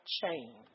change